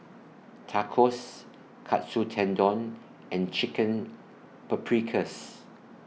Tacos Katsu Tendon and Chicken Paprikas